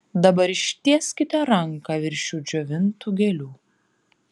dabar ištieskite ranką virš šių džiovintų gėlių